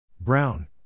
Brown